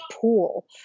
pool